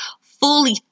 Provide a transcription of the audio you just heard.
fully